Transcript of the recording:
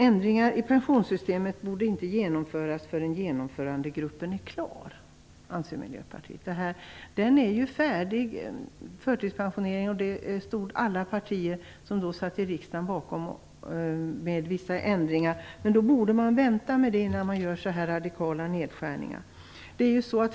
Ändringar i pensionssystemet borde inte genomföras förrän genomförandegruppen är klar, anser Miljöpartiet. När reglerna för förtidspensioneringen beslutades stod i stort sett alla partier som då satt i riksdagen bakom dem, och man borde därför vänta innan man gör så radikala nedskärningar.